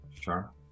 Sure